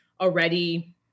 already